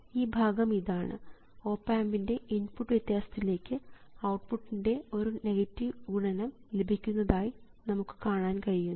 ഈ ഭാഗം ഇതാണ് ഓപ് ആമ്പിൻറെ ഇൻപുട്ട് വ്യത്യാസത്തിലേക്ക് ഔട്ട്പുട്ടിൻറെ ഒരു നെഗറ്റീവ് ഗുണനം ലഭിക്കുന്നതായി നമുക്ക് കാണാൻ കഴിയുന്നു